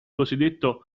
cosiddetto